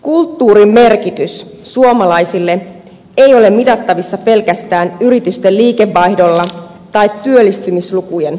kulttuurin merkitys suomalaisille ei ole mitattavissa pelkästään yritysten liikevaihdolla tai työllistymislukujen avulla